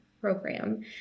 Program